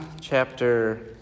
chapter